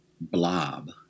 blob